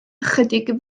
ychydig